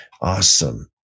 Awesome